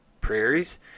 prairies